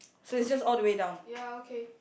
okay ya okay